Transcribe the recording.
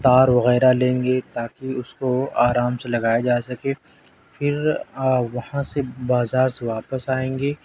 تار وغیرہ لیں گے تاکہ اس کو آرام سے لگایا جا سکے پھر وہاں سے بازار سے واپس آئیں گے